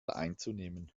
einzunehmen